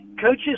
Coaches